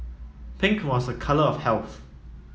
pink was a colour of health